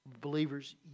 Believers